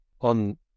on